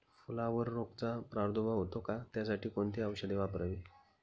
फुलावर रोगचा प्रादुर्भाव होतो का? त्यासाठी कोणती औषधे वापरावी?